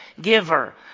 giver